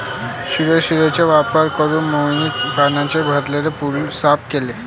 शिवलाशिरचा वापर करून मोहितने पाण्याने भरलेला पूल साफ केला